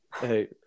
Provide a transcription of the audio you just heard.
Hey